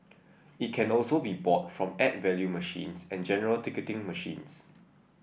it can also be bought from add value machines and general ticketing machines